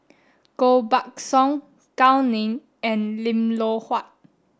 Koh Buck Song Gao Ning and Lim Loh Huat